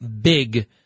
big